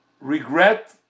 regret